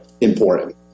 important